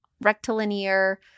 rectilinear